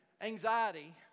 anxiety